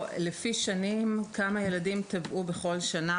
לראות כמה ילדים טבעו בכל שנה.